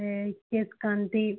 यह केश कान्ति